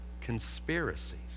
conspiracies